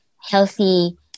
healthy